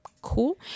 cool